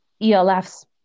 ELF's